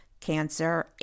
cancer